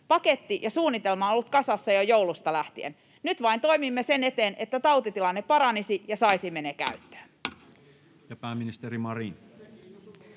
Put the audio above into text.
paketti ja suunnitelma on ollut kasassa jo joulusta lähtien. Nyt vain toimimme sen eteen, että tautitilanne paranisi ja saisimme ne käyttöön.